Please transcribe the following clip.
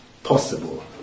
Possible